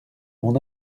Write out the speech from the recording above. mon